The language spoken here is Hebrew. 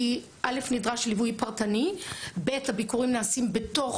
כי נדרש ליווי פרטני והביקורים נעשים בתוך